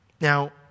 Now